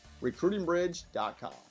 recruitingbridge.com